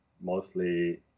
mostly